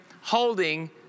holding